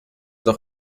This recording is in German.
doch